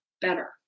better